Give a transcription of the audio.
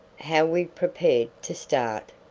how we prepared to start,